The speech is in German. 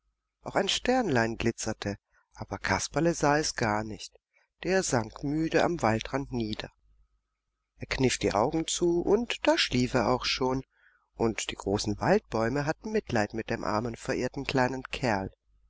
auch ein sternlein glitzerte aber kasperle sah es gar nicht der sank müde am waldrand nieder er kniff die augen zu und da schlief er auch schon und die großen waldbäume hatten mitleid mit dem armen verirrten kleinen kerl